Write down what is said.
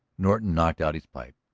norton knocked out his pipe.